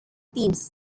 themes